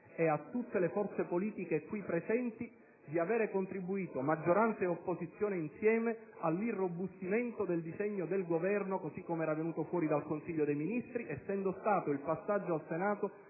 e a tutte le forze politiche qui presenti di avere contribuito (maggioranza e opposizione insieme) all'irrobustimento del disegno del Governo, così come era venuto fuori dal Consiglio dei Ministri, essendo stato il passaggio al Senato